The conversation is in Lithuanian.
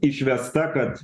išvesta kad